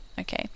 Okay